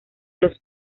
los